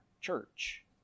church